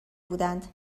بودند